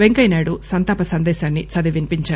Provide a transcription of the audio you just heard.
వెంకయ్యనాయుడు సంతాప సందేశాన్ని చదివి వినిపించారు